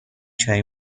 چای